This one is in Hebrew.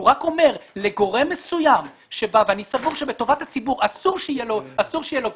הוא רק אומר שלגורם מסוים ואני סבור שבטובת הציבור אסור שיהיה לו גמ"ח,